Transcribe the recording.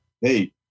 Hey